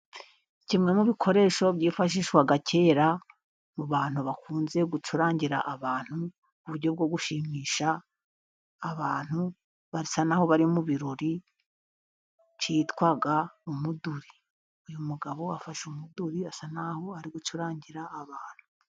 Kimwe mu bikoresho byifashishwa kera mu bantu bakunze gucurangira abantu, mu buryo bwo gushimisha abantu basa n'aho bari mu birori. Cyitwa umuduri. Uyu mugabo afashe umuduri asa n'aho ari gucurangira abantu.